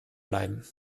bleiben